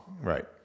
Right